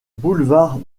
boulevard